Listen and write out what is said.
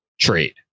trade